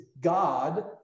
God